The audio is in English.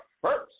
first